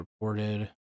reported